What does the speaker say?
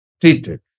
treated